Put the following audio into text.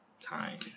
time